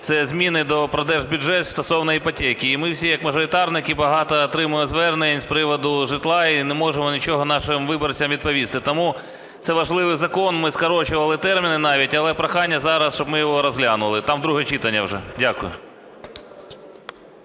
це зміни про Держбюджет стосовно іпотеки, і ми всі як мажоритарники багато отримуємо звернень з приводу житла і не можемо нічого нашим виборцям відповісти. Тому це важливий закон, ми скорочували терміни навіть, але прохання зараз, щоб ми його розглянули, там друге читання вже. Дякую.